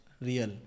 Real